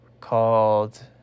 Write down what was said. called